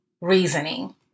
reasoning